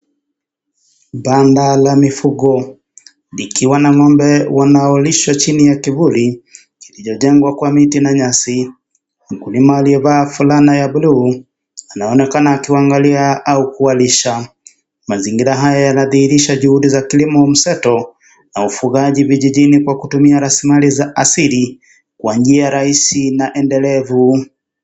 Danda la mifugo likiwa na ng'ombe wanaolishwa chini ya teuli lililojengwa kwa miti na nyasi mkulima aliyevaa fulana ya bluu anaonekana akiwaangalia au akiwalisha mazingira haya yanadhihirisha juhudi za kilimo wa mseto na ufugaji vijijini kwa kutumia rasilimali za asili kwa njia rahisi na endelevu.